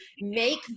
make